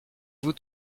vous